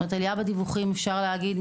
אפשר להגיד,